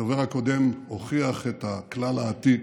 הדובר הקודם הוכיח את הכלל העתיק: